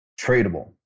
tradable